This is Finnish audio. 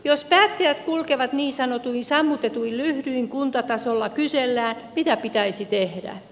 jos päättäjät kulkevat niin sanotuin sammutetuin lyhdyin kuntatasolla kysellään mitä pitäisi tehdä